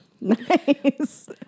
Nice